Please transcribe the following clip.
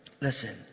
Listen